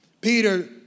Peter